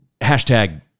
Hashtag